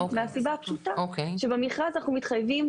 מהסיבה הפשוטה שבמכרז אנחנו מתחייבים